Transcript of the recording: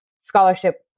scholarship